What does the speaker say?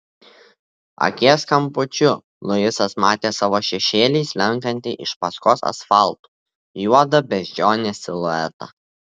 akies kampučiu luisas matė savo šešėlį slenkantį iš paskos asfaltu juodą beždžionės siluetą